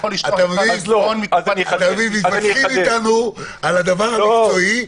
מתווכחים אתנו על הדבר המקצועי,